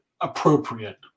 appropriate